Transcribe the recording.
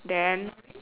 then